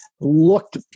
looked